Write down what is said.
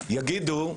יגידו: